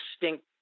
distinct